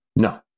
No